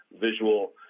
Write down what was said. visual